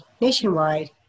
nationwide